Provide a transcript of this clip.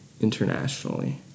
internationally